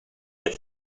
yet